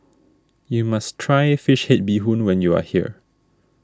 you must try Fish Head Bee Hoon when you are here